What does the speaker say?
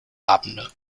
abende